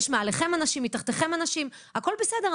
יש מעליכן אנשים ומתחתיכן אנשים, הכל בסדר.